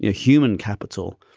ah human capital.